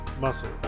muscle